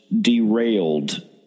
derailed